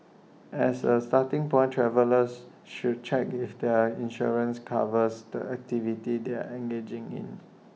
as A starting point travellers should check if their insurance covers the activities they are engaging in